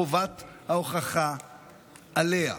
חובת ההוכחה עליה.